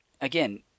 again